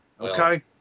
Okay